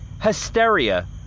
hysteria